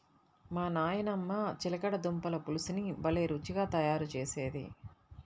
మా నాయనమ్మ చిలకడ దుంపల పులుసుని భలే రుచిగా తయారు చేసేది